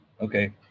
Okay